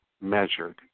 measured